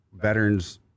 veterans